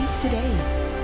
today